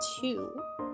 Two